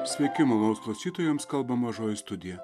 sveiki malonūs klausytojai jums kalba mažoji studija